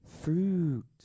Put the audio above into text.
Fruit